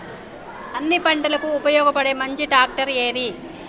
అన్ని పంటలకు ఉపయోగపడే మంచి ట్రాక్టర్ ఏది?